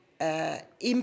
impact